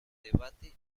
debate